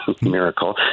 miracle